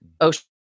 ocean